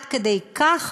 עד כדי כך